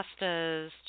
pastas